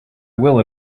will